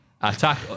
attack